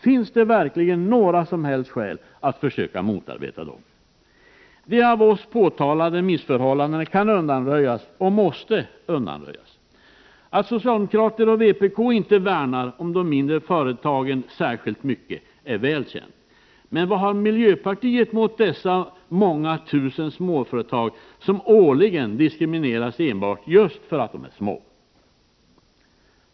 Finns det verkligen några som helst skäl för att försöka motarbeta dem? De av oss påtalade missförhållandena kan och måste undanröjas. Att socialdemokraterna och vpk inte värnar om de mindre företagen särskilt mycket är väl känt, men vad har miljöpartiet emot dessa många tusen småföretag, som årligen diskrimineras enbart för att de är små?